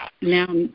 now